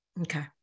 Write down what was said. okay